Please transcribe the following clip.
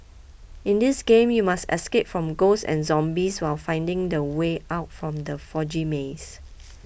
in this game you must escape from ghosts and zombies while finding the way out from the foggy maze